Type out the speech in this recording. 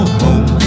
home